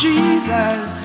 Jesus